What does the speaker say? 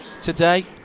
today